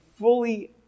fully